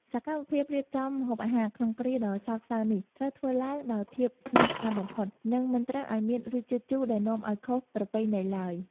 សកម្មភាពរៀបចំម្ហូបអាហារក្នុងគ្រាដ៏សោកសៅនេះត្រូវធ្វើឡើងដោយភាពស្ងៀមស្ងាត់បំផុត និងមិនត្រូវឱ្យមានរសជាតិជូរដែលនាំឱ្យខុសប្រពៃណីឡើយ។